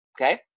Okay